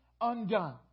undone